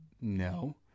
No